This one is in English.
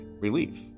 relief